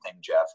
Jeff